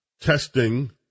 testing